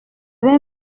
vais